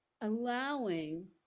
allowing